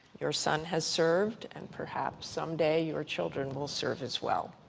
your son has served, and perhaps someday your children will serve as well.